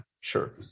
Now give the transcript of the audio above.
sure